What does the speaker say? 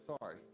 sorry